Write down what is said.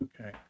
okay